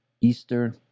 Easter